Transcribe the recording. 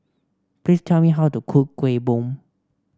please tell me how to cook Kueh Bom